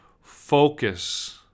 focus